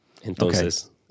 Entonces